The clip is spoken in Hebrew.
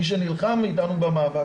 מי שנלחם איתנו במאבק,